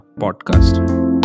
podcast